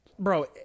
Bro